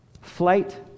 Flight